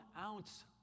ounce